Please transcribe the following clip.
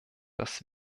dass